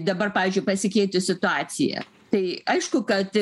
dabar pavyzdžiui pasikeitus situacija tai aišku kad